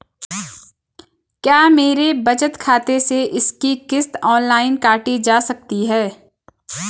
क्या मेरे बचत खाते से इसकी किश्त ऑनलाइन काटी जा सकती है?